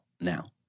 now